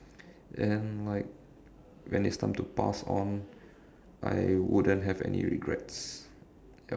and like when it's time to pass on I wouldn't have any regrets yup